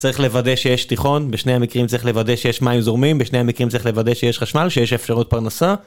צריך לוודא שיש תיכון, בשני המקרים צריך לוודא שיש מים זורמים, בשני המקרים צריך לוודא שיש חשמל, שיש אפשרות פרנסה.